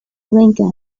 lanka